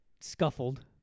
scuffled